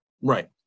Right